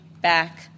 back